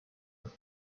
but